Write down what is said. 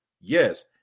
Yes